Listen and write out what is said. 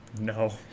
No